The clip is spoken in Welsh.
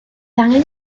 angen